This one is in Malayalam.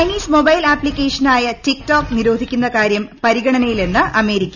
ചൈനീസ് മൊബ്ബൈൽ ആപ്തിക്കേഷനായ ടിക് ടോക് നിരോധിക്കുന്ന കീർച്ചം പരിഗണനയിലെന്ന് അമേരിക്ക